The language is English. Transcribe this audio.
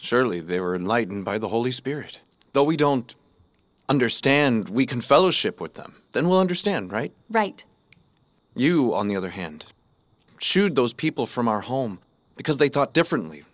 surely they were enlightened by the holy spirit though we don't understand we can fellowship with them then will understand right right you on the other hand chewed those people from our home because they thought differently